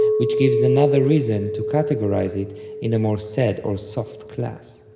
which gives another reason to categorize it in a more sad or soft class.